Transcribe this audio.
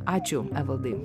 ačiū evaldai